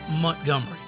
Montgomery